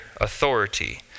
authority